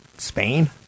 Spain